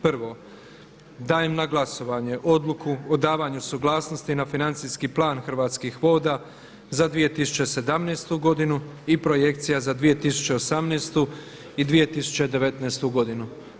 Prvo, dajem na glasovanje Odluku o davanju suglasnosti na financijski plan Hrvatskih voda za 2017. godinu i Projekcija za 2018. i 2019. godinu.